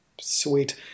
Sweet